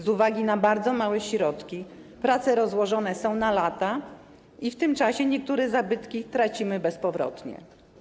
Z uwagi na bardzo małe środki prace rozłożone są na lata i w tym czasie niektóre zabytki tracimy bezpowrotnie.